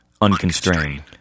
Unconstrained